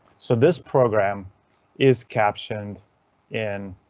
so this program is captioned in